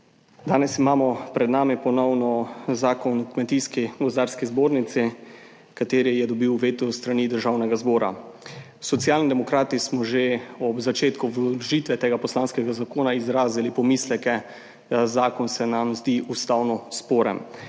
Danes imamo pred sabo ponovno zakon o Kmetijsko gozdarski zbornici, ki je dobil veto s strani Državnega sveta. Socialni demokrati smo že ob začetku vložitve tega poslanskega zakona izrazili pomisleke, da se nam zakon zdi ustavno sporen,